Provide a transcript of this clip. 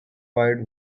wide